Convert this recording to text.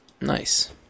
Nice